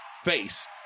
face